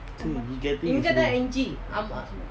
see we will get the N_G